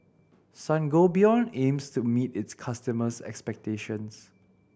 Sangobion aims to meet its customers' expectations